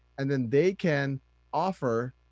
and then they can offer